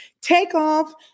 takeoff